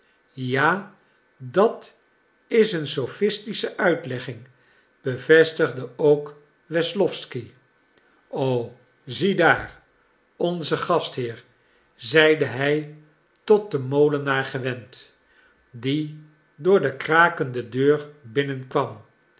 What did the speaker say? ja dat is een sophistische uitlegging bevestigde ook wesslowsky o zie daar onze gastheer zeide hij tot den molenaar gewend die door de krakende deur